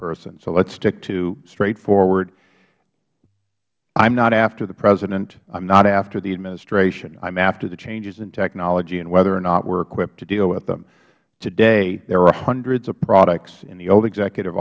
person so let's stick to straightforward i am not after the president i am not after the administration i am after the changes in technology and whether or not we are equipped to deal with them today there are hundreds of products in the old executive